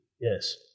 Yes